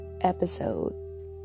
episode